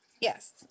yes